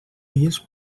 dies